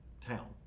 town